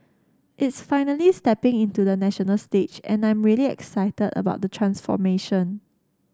it's finally stepping into the national stage and I'm really excited about the transformation